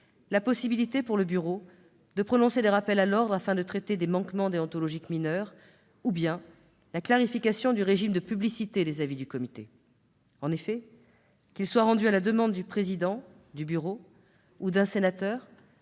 la possibilité, pour le bureau, de prononcer des rappels à l'ordre afin de traiter des manquements déontologiques mineurs, ou de la clarification du régime de publicité des avis du comité. En effet, qu'ils soient rendus à la demande du président du Sénat, du bureau ou d'un sénateur,